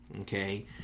okay